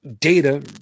data